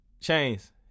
chains